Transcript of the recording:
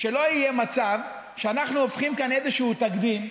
שלא יהיה מצב שאנחנו עושים כאן איזשהו תקדים,